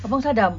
abang saddam